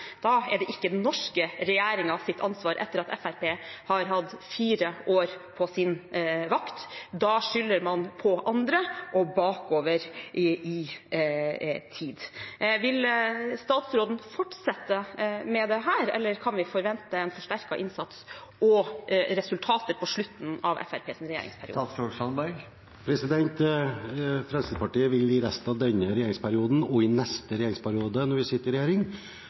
da er det ikke den norske regjeringens ansvar – etter at Fremskrittspartiet har hatt sin vakt i fire år – da skylder man på andre og går bakover i tid. Vil statsråden fortsette med dette, eller kan vi forvente forsterket innsats og resultater på slutten av Fremskrittspartiets regjeringsperiode? Fremskrittspartiet vil i resten av denne regjeringsperioden og i neste regjeringsperiode, når vi sitter i regjering,